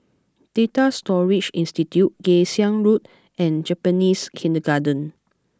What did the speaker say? Data Storage Institute Kay Siang Road and Japanese Kindergarten